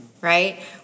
right